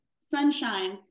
sunshine